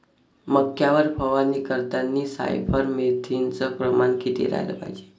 मक्यावर फवारनी करतांनी सायफर मेथ्रीनचं प्रमान किती रायलं पायजे?